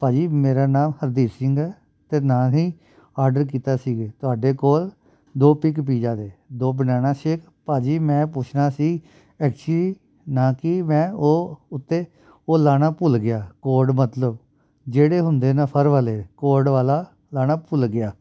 ਭਾਅ ਜੀ ਮੇਰਾ ਨਾਮ ਹਰਦੀਪ ਸਿੰਘ ਹੈ ਅਤੇ ਨਾ ਹੀ ਆਡਰ ਕੀਤਾ ਸੀਗੇ ਤੁਹਾਡੇ ਕੋਲ ਦੋ ਬਿੱਗ ਪੀਜਾ ਦੇ ਦੋ ਬਨਾਨਾ ਸ਼ੇਕ ਭਾਅ ਜੀ ਮੈਂ ਪੁੱਛਣਾ ਸੀ ਐਕਚਲੀ ਨਾ ਕਿ ਮੈਂ ਉਹ ਉੱਤੇ ਉਹ ਲਾਉਣਾ ਭੁੱਲ ਗਿਆ ਕੋਡ ਮਤਲਬ ਜਿਹੜੇ ਹੁੰਦੇ ਨਾ ਫਰ ਵਾਲੇ ਕੋਡ ਵਾਲਾ ਲਾਉਣਾ ਭੁੱਲ ਗਿਆ